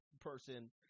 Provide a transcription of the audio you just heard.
person